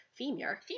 femur